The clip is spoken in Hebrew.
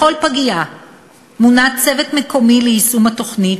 בכל פגייה מונה צוות מקומי ליישום התוכנית,